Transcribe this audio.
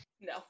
No